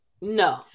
No